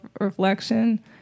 reflection